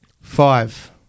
Five